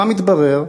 מה מתברר?